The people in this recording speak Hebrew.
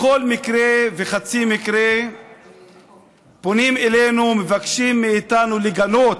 בכל מקרה וחצי מקרה פונים אלינו ומבקשים מאיתנו לגנות: